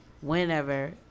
Whenever